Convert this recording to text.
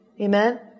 Amen